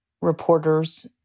reporters